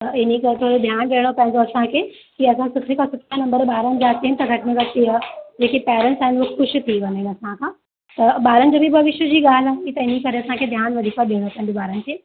त इन करे थोरो ध्यानु ॾियणो पवंदो असांखे की असां सभिनी खां सुठा नम्बर ॿारनि जा अचनि त घट में घटि केरु जेके पैरेन्स आहिनि उहो ख़ुशि थी वञनि असांखां त ॿारनि जी भी भविष्य जी ॻाल्हि आहे ई त इन करे असांखे ध्यानु वधीक ॾियणो पवंदो ॿारनि